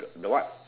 what